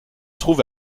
trouve